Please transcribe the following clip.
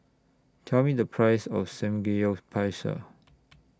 Tell Me The Price of Samgeyopsal